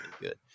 good